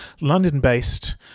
London-based